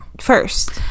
First